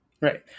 Right